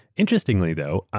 interestingly though,